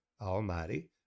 almighty